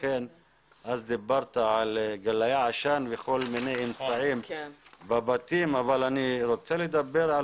אז דיברת על גלאי העשן וכל מיני אמצעים בבתים אבל אני רוצה לדבר על